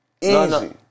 Easy